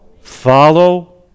follow